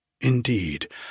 Indeed